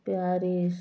Paris